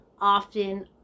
often